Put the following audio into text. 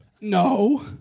No